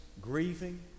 grieving